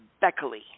Beckley